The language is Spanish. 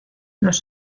los